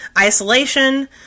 Isolation